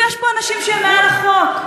אני הייתי שם, חזן,